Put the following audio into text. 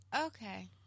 okay